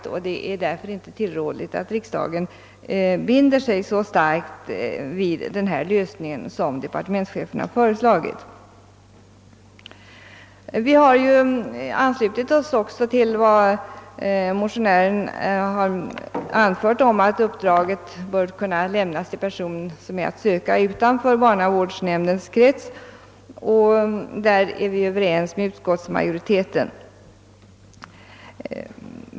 Det är därför inte tillrådligt att riksdagen binder sig så starkt vid den lösning som departementschefen föreslagit. Vi har också anslutit oss till den av motionären anförda uppfattningen att uppdraget bör kunna lämnas till person som är att söka utanför barnavårdsnämndens krets, och därvidlag är vi även överens med utskottsmajoriteten.